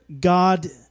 God